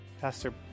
Pastor